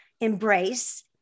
embrace